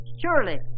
Surely